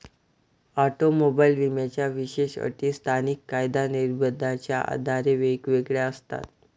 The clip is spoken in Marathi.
ऑटोमोबाईल विम्याच्या विशेष अटी स्थानिक कायदा निर्बंधाच्या आधारे वेगवेगळ्या असतात